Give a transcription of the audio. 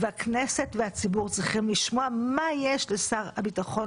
והכנסת והציבור צריכים לשמוע מה יש לשר הביטחון